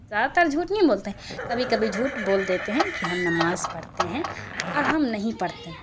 زیادہ تر جھوٹ نہیں بولتے ہیں کبھی کبھی جھوٹ بول دیتے ہیں کہ ہم نماز پڑھتے ہیں اور ہم نہیں پڑھتے ہیں